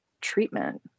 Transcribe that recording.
treatment